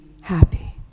happy